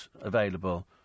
available